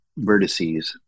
vertices